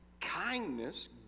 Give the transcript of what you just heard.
kindness